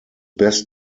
best